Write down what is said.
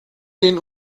den